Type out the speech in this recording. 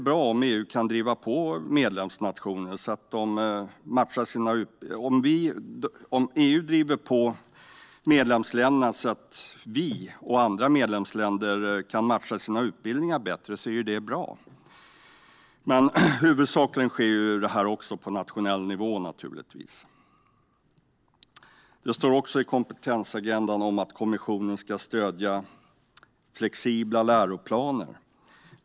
Om EU driver på medlemsländerna så att vi och andra medlemsländer kan matcha utbildningarna bättre är det bra. Men huvudsakligen sker naturligtvis även detta på nationell nivå. Det står också i kompetensagendan att kommissionen ska stödja flexibla läroplaner.